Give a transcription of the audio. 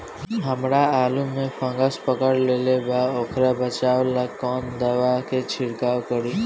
हमरा आलू में फंगस पकड़ लेले बा वोकरा बचाव ला कवन दावा के छिरकाव करी?